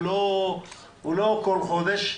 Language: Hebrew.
הוא לא כל חודש,